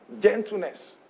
gentleness